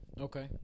okay